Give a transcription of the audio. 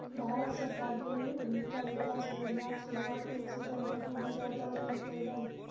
भारत सरकार डेयरी उद्यमिता विकास योजनाक शुरुआत एक सितंबर दू हजार दसमे केलनि